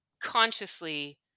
Consciously